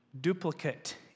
duplicate